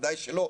בוודאי שלא,